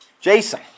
Jason